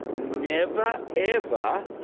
never, ever,